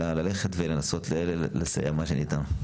אלא ללכת ולנסות לסייע מה שניתן.